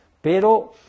Pero